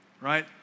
right